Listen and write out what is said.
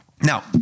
Now